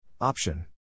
Option